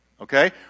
Okay